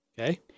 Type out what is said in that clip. Okay